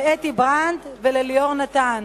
לאתי ברנט ולליאור נתן,